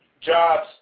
jobs